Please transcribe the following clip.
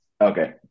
Okay